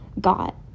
got